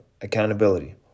accountability